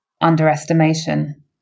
underestimation